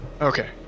okay